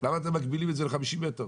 למה אתם מגבילים את זה ל-50 מטר?